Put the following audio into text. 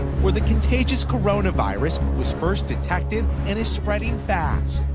where the contagious coronavirus was first detected and is spreading fast.